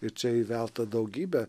ir čia įvelta daugybė